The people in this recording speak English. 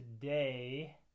Today